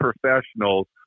professionals